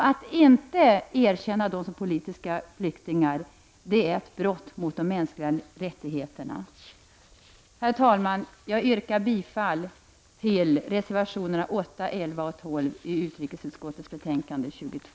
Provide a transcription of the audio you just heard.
Att inte erkänna dem som politiska flyktingar är ett brott mot de mänskliga rättigheterna. Herr talman! Jag yrkar bifall till reservationerna 8, 11 och 12 till utrikesutskottets betänkande 22.